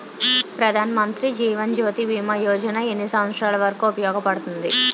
ప్రధాన్ మంత్రి జీవన్ జ్యోతి భీమా యోజన ఎన్ని సంవత్సారాలు వరకు ఉపయోగపడుతుంది?